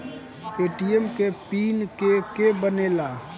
ATM के PIN के के बनेला?